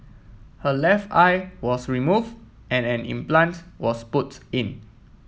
her left eye was removed and an implants was put in